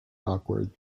awkward